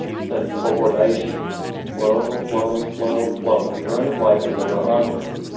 said kobodaishi flow, flow, flow, flow, the current of life is ever onward.